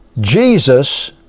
Jesus